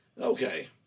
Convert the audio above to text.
Okay